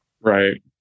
right